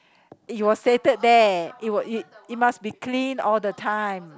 it was stated there it was it must be clean all the time